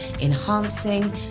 enhancing